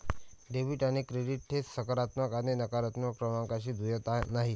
debit आणि credit थेट सकारात्मक आणि नकारात्मक क्रमांकांशी जुळत नाहीत